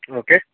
okay